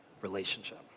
relationship